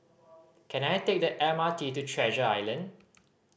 can I take the M R T to Treasure Island